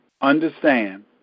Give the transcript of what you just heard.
understand